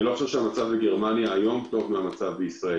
אני לא חושב שהמצב היום בגרמניה טוב מהמצב בישראל.